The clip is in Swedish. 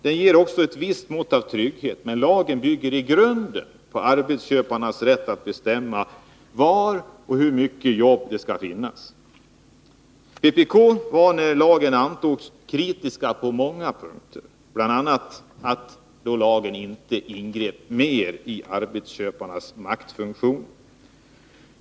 Den ger också ett visst mått av trygghet, men lagen bygger i grunden på arbetsköparnas rätt att bestämma var och hur mycket jobb som skall finnas. Vpk var när lagen antogs kritiskt på många punkter, bl.a. mot att lagen inte mer ingrep i arbetsköparnas maktfunktion.